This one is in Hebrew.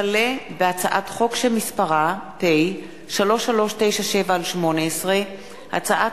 הצעת חוק הענקת עיטורי נשיא המדינה לכבאים ולאנשי מגן-דוד-אדום (תיקוני